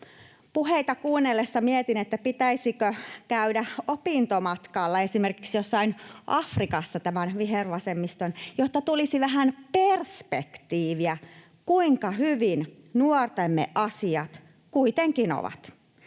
Puheita kuunnellessani mietin, pitäisikö tämän vihervasemmiston käydä opintomatkalla esimerkiksi jossakin Afrikassa, jotta tulisi vähän perspektiiviä, kuinka hyvin nuortemme asiat kuitenkin ovat